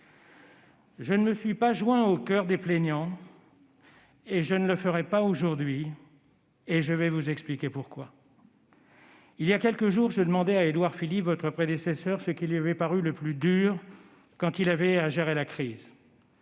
Je ne me suis pas joint au choeur des plaignants et je ne le ferai pas aujourd'hui ; je vais vous expliquer pourquoi. Il y a quelques jours, je demandais à Édouard Philippe, votre prédécesseur, ce qui lui avait paru le plus dur quand il devait gérer la crise.